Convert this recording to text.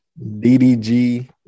DDG